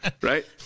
Right